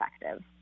effective